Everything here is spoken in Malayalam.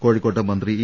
കോഴിക്കോട്ട് മന്ത്രി ഇ